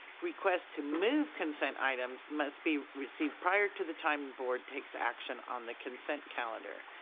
request to move consent items must be received prior to the time board takes action on the consent calendar.